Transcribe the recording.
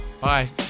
bye